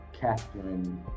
Catherine